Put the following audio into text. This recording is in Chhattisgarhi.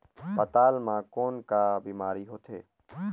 पातल म कौन का बीमारी होथे?